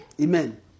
Amen